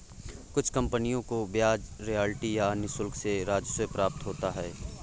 कुछ कंपनियों को ब्याज रॉयल्टी या अन्य शुल्क से राजस्व प्राप्त होता है